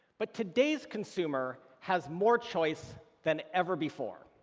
but today's consumer has more choice than ever before.